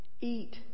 eat